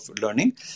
learning